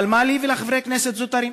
אבל מה לי ולחברי כנסת זוטרים?